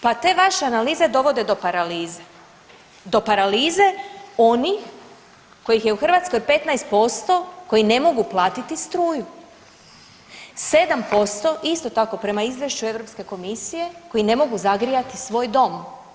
Pa te vaše analize dovode do paralize, do paralize onih kojih je u Hrvatskoj 15% koji ne mogu platiti struju, 7% isto tako prema izvješću Europske komisije koji ne mogu zagrijati svoj dom.